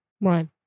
Right